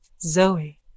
Zoe